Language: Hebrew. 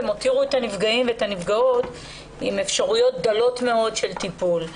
הם הותירו את הנפגעים ואת הנפגעות עם אפשרויות דלות מאוד של טיפול.